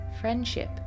Friendship